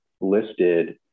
listed